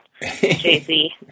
Jay-Z